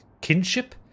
Kinship